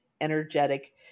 energetic